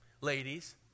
ladies